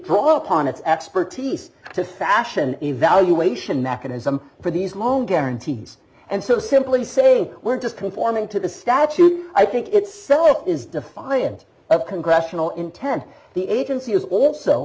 call upon its expertise to fashion evaluation mechanism for these loan guarantees and so simply saying we're just conforming to the statute i think it's selig is defiant of congressional intent the agency is also